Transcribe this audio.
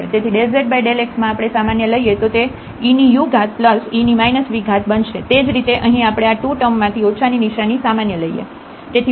તેથી ∂z∂x માં આપણે સામાન્ય લઈએ તો તે eue v બનશે તે જ રીતે અહીં આપણે આ 2 ટર્મ માંથી ઓછા ની નિશાની સામાન્ય લઈએ